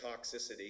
toxicity